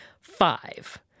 five